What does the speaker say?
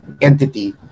entity